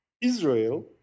Israel